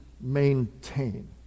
maintain